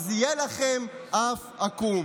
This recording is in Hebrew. אז יהיה לכם אף עקום.